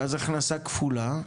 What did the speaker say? ואז הכנסה כפולה,